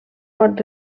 pot